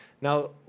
Now